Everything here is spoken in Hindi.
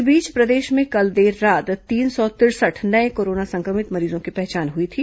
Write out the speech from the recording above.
इस बीच प्रदेश में कल देर रात तीन सौ तिरसठ नये कोरोना संक्रमित मरीजों की पहचान हुई थी